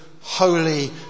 holy